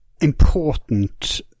important